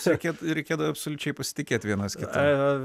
sakėt reikėdavo absoliučiai pasitikėt vienas kitu